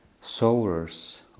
sowers